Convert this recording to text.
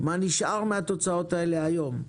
מה נשאר מהתוצאות האלה היום.